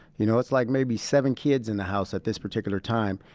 you know, it's like maybe seven kids in the house at this particular time,